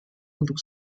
untuk